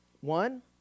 One